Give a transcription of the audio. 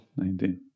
19